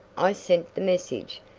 i sent the message,